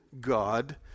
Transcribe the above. God